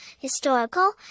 historical